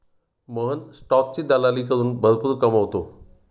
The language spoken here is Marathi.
मोहन स्टॉकची दलाली करून भरपूर कमावतो